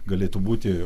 galėtų būti